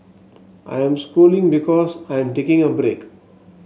I am scrolling because I am taking a break